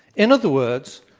in other words,